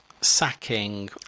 sacking